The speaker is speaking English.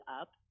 up